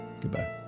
Goodbye